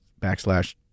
backslash